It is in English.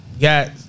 got